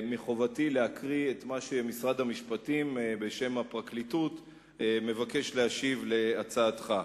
מחובתי לקרוא את מה שמשרד המשפטים בשם הפרקליטות מבקש להשיב על הצעתך.